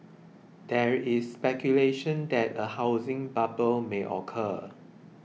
there is speculation that a housing bubble may occur